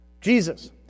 Jesus